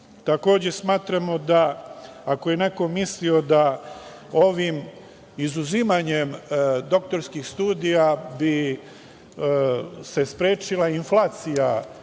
smatramo da ako je neko mislio da ovim izuzimanjem doktorskih studija bi se sprečila inflacija